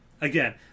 again